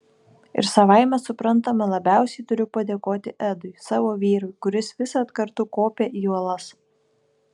ir savaime suprantama labiausiai turiu padėkoti edui savo vyrui kuris visad kartu kopia į uolas